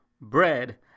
bread